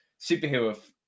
superhero